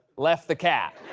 left the cat.